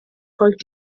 folgt